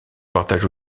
partage